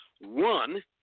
One